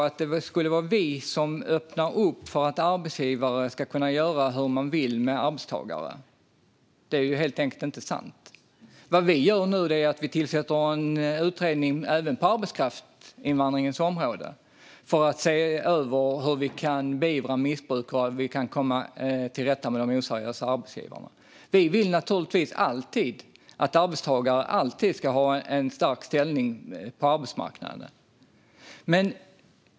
Att det skulle vara vi som öppnar för att arbetsgivare ska kunna göra som de vill med arbetstagare är helt enkelt inte sant. Vad vi gör nu är att tillsätta en utredning även på arbetskraftsinvandringens område för att se över hur vi kan beivra missbruk och komma till rätta med de oseriösa arbetsgivarna. Vi vill naturligtvis att arbetstagare alltid ska ha en stark ställning på arbetsmarknaden.